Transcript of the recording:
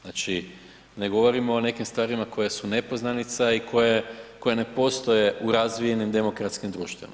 Znači, ne govorimo o nekim stvarima koje su nepoznanica i koje ne postoje u razvijenim demokratskim društvima.